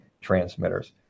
transmitters